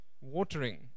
watering